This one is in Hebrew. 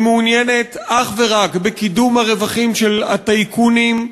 היא מעוניינת אך ורק בקידום הרווחים של הטייקונים,